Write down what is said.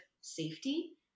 safety